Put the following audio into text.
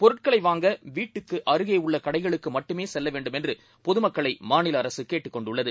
பொருட்களைவாங்கவீட்டுக்குஅருகேஉள்ளகடைகளு க்குமட்டுமேசெல்லவேண்டும்என்றுபொதுமக்களைமாநில அரசுகேட்டுக்கொண்டுள்ளது